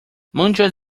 muchos